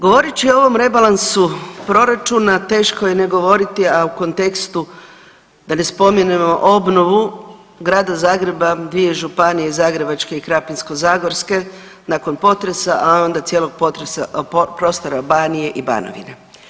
Govoreći o ovom rebalansu proračuna teško je ne govoriti, a u kontekstu da ne spominjemo obnovu Grada Zagreba, dvije županije Zagrebačke i Krapinsko-zagorske nakon potresa, a onda cijelog prostora Banije i Banovine.